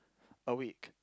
a week